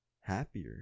happier